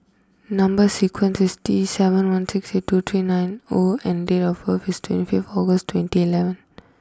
number sequence is T seven one six eight two three nine O and date of birth is twenty fifth August twenty eleven